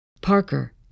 Parker